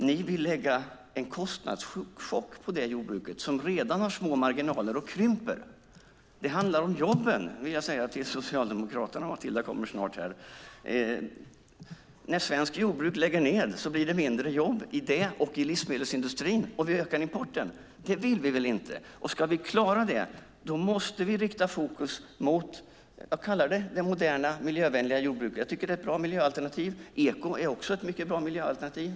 Ni vill lägga en kostnadschock på jordbruket som redan har små marginaler och krymper. Det handlar om jobben. Det vill jag säga till Socialdemokraterna. Matilda Ernkrans kommer snart här. När svenskt jordbruk lägger ned blir det mindre jobb i livsmedelsindustrin, och vi ökar importen. Det vill vi väl inte. Ska vi klara det måste vi rikta fokus mot det moderna miljövänliga jordbruket. Jag tycker att det är ett bra miljöalternativ. Ekoproduktion är också ett mycket bra miljöalternativ.